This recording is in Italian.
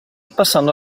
passando